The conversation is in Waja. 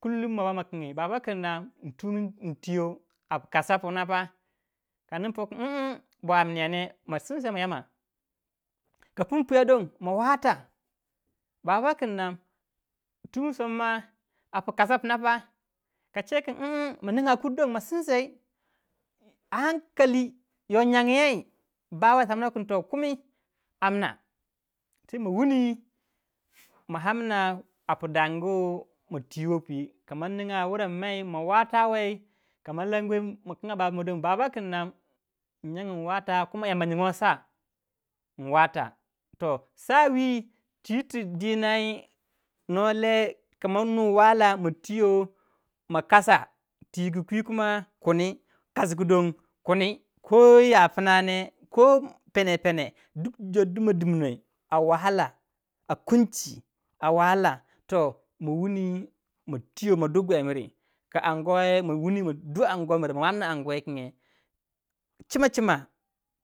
Kulu kingi baba kin nam intiwa komin poor kin um bo aminya ne ma sinsei ma yama ka pun puya don moh wata baba kim nam tummi somma a puna rache kin umm ma ninga kanadi don ma sinseu don ahankali yo nyangyei bawai samno kin kumi ammna sai mawuni ma amma apu dangu pma twiwo pwi ka maningai wurangmai mawata wai kama lanwei ma kinga babamo don baba kin nam inanangi in wata kuma yamba nyingo sa toh sa wi twi ti dinai no lei kamanu wahala ma twiyo ma kasa twigu kwi kuma kundi kasgu don kuni koya pna ne ko pene duk jor dima dimnou a wahala toh ma wuni moh twyo ma du guei buri ka madu aguwa mre ma du anguwa mir ma amna anguwa wukinge cima cima